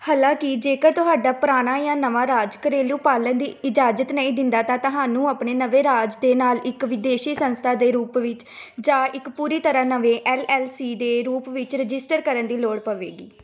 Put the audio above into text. ਹਾਲਾਂਕਿ ਜੇਕਰ ਤੁਹਾਡਾ ਪੁਰਾਣਾ ਜਾਂ ਨਵਾਂ ਰਾਜ ਘਰੇਲੂ ਪਾਲਣ ਦੀ ਇਜਾਜ਼ਤ ਨਹੀਂ ਦਿੰਦਾ ਤਾਂ ਤੁਹਾਨੂੰ ਆਪਣੇ ਨਵੇਂ ਰਾਜ ਦੇ ਨਾਲ ਇੱਕ ਵਿਦੇਸ਼ੀ ਸੰਸਥਾ ਦੇ ਰੂਪ ਵਿੱਚ ਜਾਂ ਇੱਕ ਪੂਰੀ ਤਰ੍ਹਾਂ ਨਵੇਂ ਐਲ ਐਲ ਸੀ ਦੇ ਰੂਪ ਵਿੱਚ ਰਜਿਸਟਰ ਕਰਨ ਦੀ ਲੋੜ ਪਵੇਗੀ